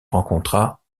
rencontra